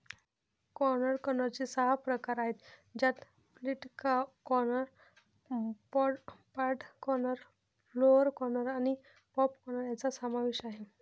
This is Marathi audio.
कॉर्न कर्नलचे सहा प्रकार आहेत ज्यात flint corn, pod corn, flour corn आणि पॉप कॉर्न यांचा समावेश आहे